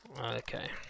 Okay